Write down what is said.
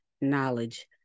knowledge